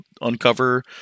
uncover